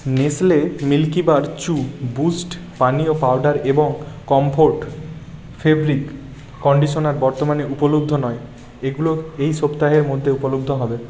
Nestle Milkybar choo Boost পানীয় powder এবং Comfort fabric conditioner বর্তমানে উপলব্ধ নয় এগুলো এই সপ্তাহের মধ্যে উপলব্ধ হবে